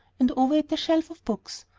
and over it a shelf of books.